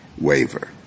waiver